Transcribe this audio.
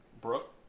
Brooke